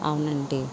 అవునండి